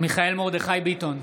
מיכאל מרדכי ביטון,